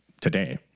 today